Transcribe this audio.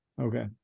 okay